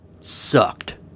Sucked